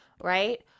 right